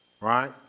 right